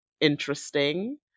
interesting